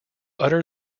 utter